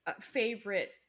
favorite